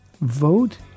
Vote